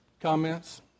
comments